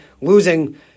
losing